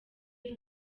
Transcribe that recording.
y’u